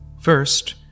First